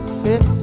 fit